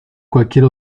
cualquier